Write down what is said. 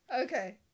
okay